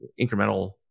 incremental